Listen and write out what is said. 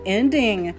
ending